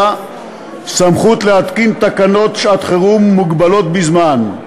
סמכות להתקין תקנות שעת-חירום מוגבלות בזמן,